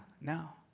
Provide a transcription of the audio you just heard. now